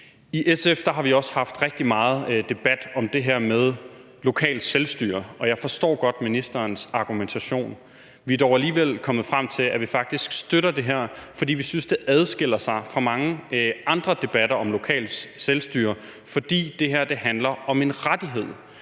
I SF har vi også haft rigtig meget debat om det her med lokalt selvstyre, og jeg forstår godt ministerens argumentation. Vi er dog alligevel kommet frem til, at vi faktisk støtter det her, fordi vi synes, det adskiller sig fra mange andre debatter om lokalt selvstyre, fordi det her handler om en rettighed.